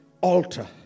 altar